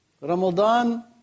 Ramadan